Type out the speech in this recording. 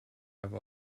have